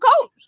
coach